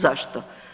Zašto?